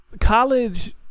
college